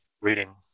reading